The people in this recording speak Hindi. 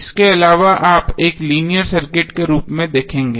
इसके अलावा आप एक लीनियर सर्किट के रूप में देखेंगे